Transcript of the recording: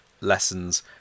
lessons